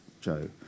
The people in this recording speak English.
Joe